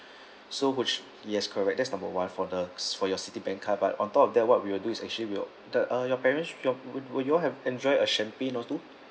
so would yes correct that's number one for the ci~ for your Citibank card but on top of that what we will do is actually we will the uh your parents your would would you all have enjoy a champagne or two